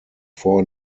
four